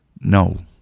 No